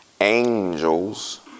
angels